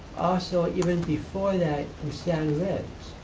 so ah even before that in sand